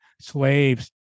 slaves